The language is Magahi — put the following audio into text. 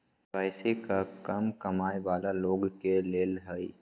के.वाई.सी का कम कमाये वाला लोग के लेल है?